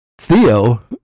Theo